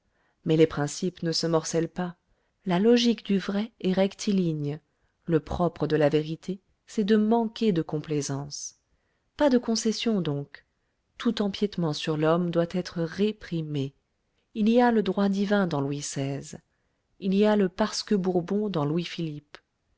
mais les principes ne se morcellent pas la logique du vrai est rectiligne le propre de la vérité c'est de manquer de complaisance pas de concession donc tout empiétement sur l'homme doit être réprimé il y a le droit divin dans louis xvi il y a le parce que bourbon dans louis-philippe